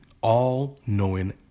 all-knowing